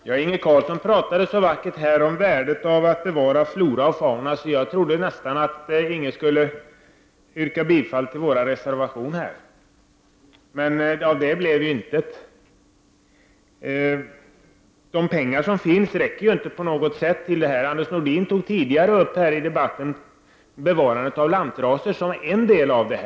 Fru talman! Inge Carlsson talade så vackert om värdet av att bevara flora och fauna att jag nästan trodde att han skulle yrka bifall till våra reservationer. Men av det blev intet. De pengar som finns räcker ju inte på något sätt. Anders Nordin tog tidigare i debatten upp bevarandet av lantraser som en del av detta.